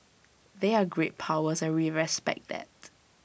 they're great powers and we respect that